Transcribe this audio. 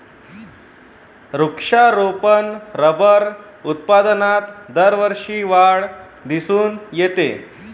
वृक्षारोपण रबर उत्पादनात दरवर्षी वाढ दिसून येते